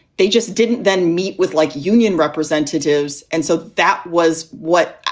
they just didn't then meet with like union representatives. and so that was what.